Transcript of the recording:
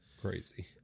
crazy